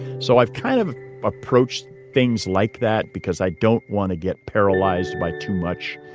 so, i've kind of approached things like that because i don't want to get paralyzed by too much.